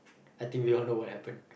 I think we all know what happen